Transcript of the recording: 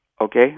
Okay